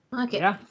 Okay